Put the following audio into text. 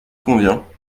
convient